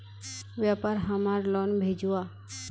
व्यापार हमार लोन भेजुआ?